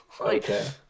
Okay